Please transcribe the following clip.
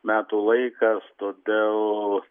metų laikas todėl